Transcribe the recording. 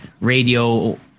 Radio